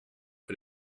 but